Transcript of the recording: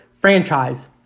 franchise